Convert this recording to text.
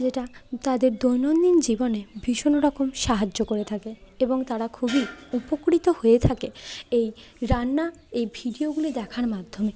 যেটা তাদের দৈনন্দিন জীবনে ভীষণ রকম সাহায্য করে থাকে এবং তারা খুবই উপকৃত হয়ে থাকে এই রান্নার এই ভিডিওগুলি দেখার মাধ্যমে